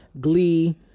Glee